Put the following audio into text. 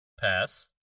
Pass